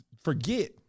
forget